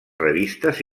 revistes